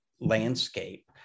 landscape